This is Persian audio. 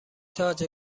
تاج